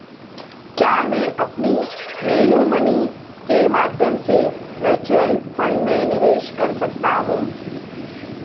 क्या मैं अपनी मेयू मनी के माध्यम से मेचुअल फ़ंड में निवेश कर सकता हूँ